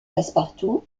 passepartout